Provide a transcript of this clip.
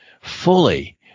fully